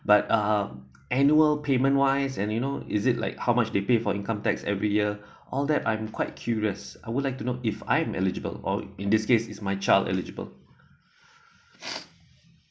but uh annual payment wise and you know is it like how much they pay for income tax every year all that I'm quite curious I would like to know if I'm eligible or in this case is my child eligible